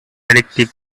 addictive